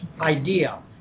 idea